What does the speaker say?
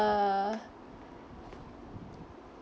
err